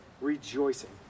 rejoicing